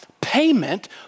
payment